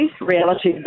Reality